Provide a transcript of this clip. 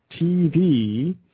tv